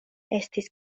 estis